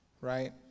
right